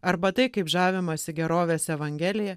arba tai kaip žavimasi gerovės evangelija